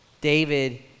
David